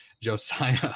Josiah